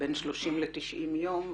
בין 30 ל-90 יום,